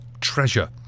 treasure